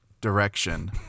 direction